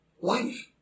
life